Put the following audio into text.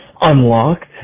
unlocked